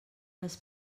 les